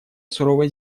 суровой